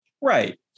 right